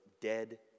dead